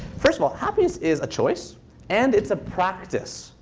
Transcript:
first of all, happiness is a choice and it's a practice.